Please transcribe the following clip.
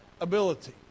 ability